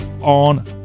on